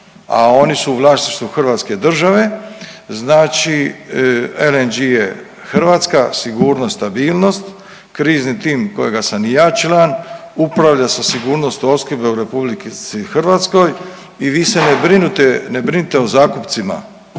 a oni su u vlasništvu hrvatske države. Znači LNG je hrvatska sigurnost, stabilnost. Krizni tim kojega sam i ja član upravlja sa sigurnost u opskrbi u RH i vi se ne brinite, ne brinite o zakupcima